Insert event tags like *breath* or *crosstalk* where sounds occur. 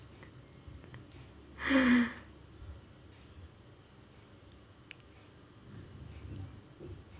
*breath*